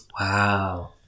Wow